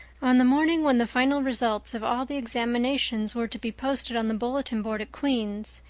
on the morning when the final results of all the examinations were to be posted on the bulletin board at queen's,